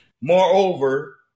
Moreover